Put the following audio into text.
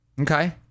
Okay